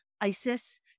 ISIS